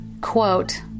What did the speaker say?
quote